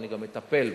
ואני גם מטפל בה.